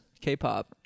k-pop